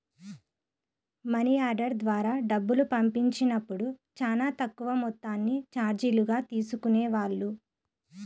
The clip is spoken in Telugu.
మనియార్డర్ ద్వారా డబ్బులు పంపించినప్పుడు చానా తక్కువ మొత్తాన్ని చార్జీలుగా తీసుకునేవాళ్ళు